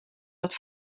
dat